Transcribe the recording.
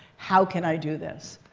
how can i do this?